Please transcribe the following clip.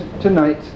tonight